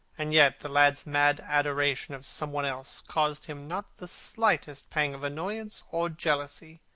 and yet the lad's mad adoration of some one else caused him not the slightest pang of annoyance or jealousy.